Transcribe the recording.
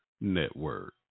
Network